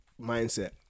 mindset